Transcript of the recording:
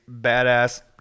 badass